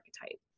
archetype